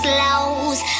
lows